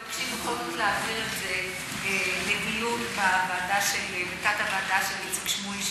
אנחנו מבקשים בכל זאת להעביר את זה לדיון בתת-הוועדה של איציק שמולי,